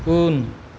उन